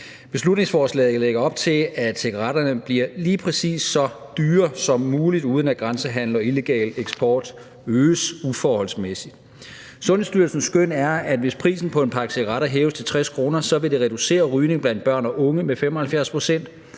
Beslutningsforslaget lægger op til, at cigaretterne bliver lige præcis så dyre som muligt, uden at grænsehandel og illegal eksport øges uforholdsmæssigt. Sundhedsstyrelsens skøn er, at hvis prisen på en pakke cigaretter hæves til 60 kr., vil det reducere rygning blandt børn og unge med 75 pct.